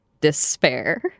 despair